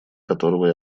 которого